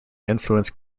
influenced